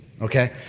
Okay